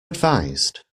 advised